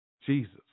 Jesus